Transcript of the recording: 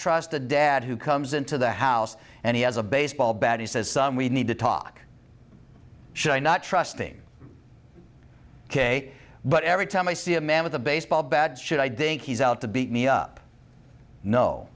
trust a dad who comes into the house and he has a baseball bat he says some we need to talk should i not trusting ok but every time i see a man with a baseball bat shit i do think he's out to beat me up no